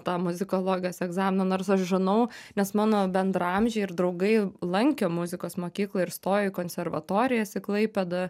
tą muzikologijos egzaminą nors aš žinau nes mano bendraamžiai ir draugai lankė muzikos mokyklą ir stojo į konservatorijas į klaipėdą